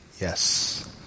Yes